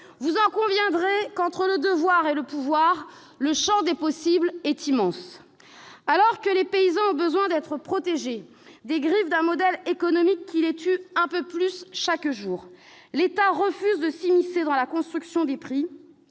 On en conviendra, entre « devoir » et « pouvoir », le champ des possibles est immense ! Alors que les paysans ont besoin d'être protégés des griffes d'un modèle économique qui les tue un peu plus chaque jour, l'État refuse de s'immiscer dans la construction des prix.